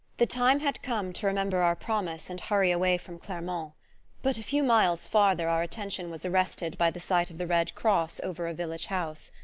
the time had come to remember our promise and hurry away from clermont but a few miles farther our attention was arrested by the sight of the red cross over a village house.